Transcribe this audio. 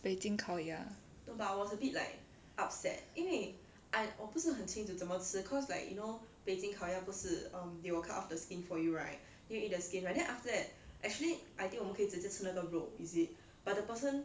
北京烤鸭